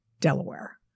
Delaware